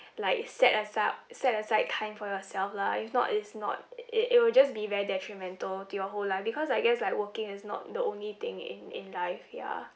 like set asid~ set aside time for yourself lah if not it's not i~ it will just be very detrimental to your whole life because I guess like working is not the only thing in in life ya